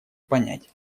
понять